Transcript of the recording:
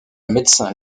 médecin